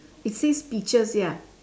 it says peaches ya